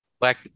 Black